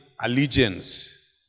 allegiance